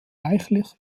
reichlich